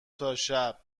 تاشب